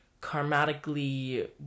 karmatically